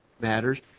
matters